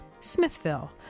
Smithville